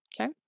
okay